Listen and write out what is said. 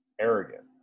arrogant